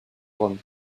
rome